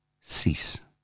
cease